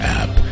app